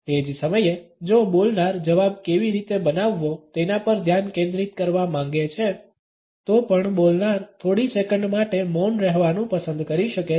તે જ સમયે જો બોલનાર જવાબ કેવી રીતે બનાવવો તેના પર ધ્યાન કેન્દ્રિત કરવા માંગે છે તો પણ બોલનાર થોડી સેકંડ માટે મૌન રહેવાનું પસંદ કરી શકે છે